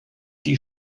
die